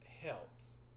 helps